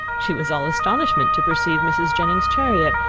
she was all astonishment to perceive mrs. jennings's chariot,